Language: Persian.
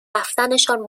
رفتنشان